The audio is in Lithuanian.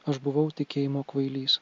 aš buvau tikėjimo kvailys